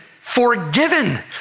forgiven